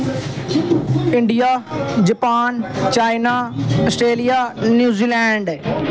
India Japan China Australia New Zealand